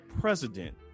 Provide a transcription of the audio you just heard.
president